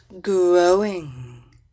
growing